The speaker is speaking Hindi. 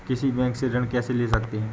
किसी बैंक से ऋण कैसे ले सकते हैं?